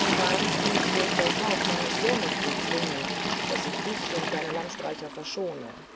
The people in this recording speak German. du meinst mich durch das haupt meines sohnes zu zwingen daß ich dich und deine landstreicher verschone